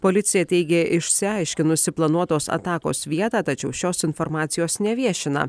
policija teigė išsiaiškinusi planuotos atakos vietą tačiau šios informacijos neviešina